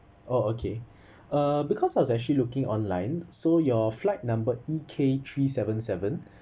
oh okay uh because I was actually looking online so your flight number E K three seven seven